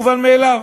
מובן מאליו.